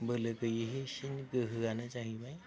बोलो गैयिसिन गोहोआनो जाहैबाय